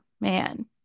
man